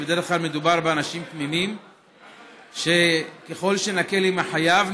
ובדרך כלל מדובר באנשים תמימים שככל שנקל עם החייב,